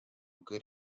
good